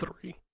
three